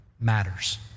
matters